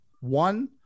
one